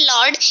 Lord